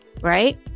right